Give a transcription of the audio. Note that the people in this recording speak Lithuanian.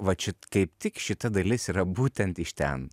va čia kaip tik šita dalis yra būtent iš ten